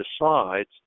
decides